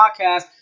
podcast